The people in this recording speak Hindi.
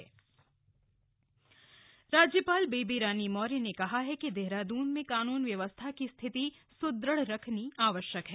राज्यपाल राज्यपाल बेबी रानी मौर्य ने कहा है कि देहरादून में कानून व्यवस्था की स्थिति सुदृढ़ रखनी आवश्यक है